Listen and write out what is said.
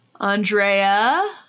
Andrea